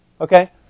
Okay